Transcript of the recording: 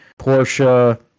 Porsche